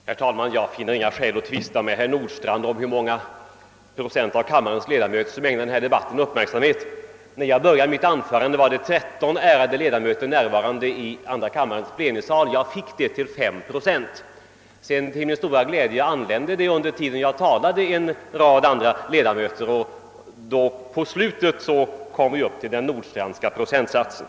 Herr talman! Jag ser ingen anledning att tvista med herr Nordstrandh om hur många procent av kammarens ledamöter som ägnar uppmärksamhet åt denna debatt. När jag började mitt anförande var 13 ledamöter närvarande i kammaren, och det fick jag till 5 procent. Till min stora glädje anlände sedan ytterligare några ledamöter under tiden som jag talade, och mot slutet nådde väl antalet ledamöter upp till den Nordstrandhska procentsatsen.